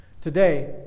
Today